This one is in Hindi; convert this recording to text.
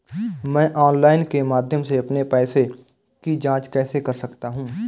मैं ऑनलाइन के माध्यम से अपने पैसे की जाँच कैसे कर सकता हूँ?